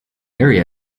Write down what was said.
area